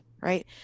right